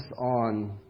on